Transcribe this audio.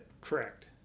Correct